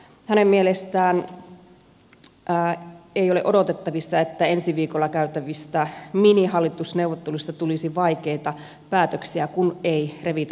hänen mielestään ei ole odotettavissa että ensi viikolla käytävistä minihallitusneuvotteluista tulisi vaikeita päätöksiä kun ei revitä auki